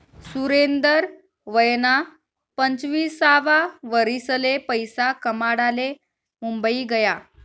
सुरेंदर वयना पंचवीससावा वरीसले पैसा कमाडाले मुंबई गया